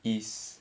is